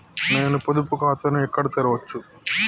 నేను పొదుపు ఖాతాను ఎక్కడ తెరవచ్చు?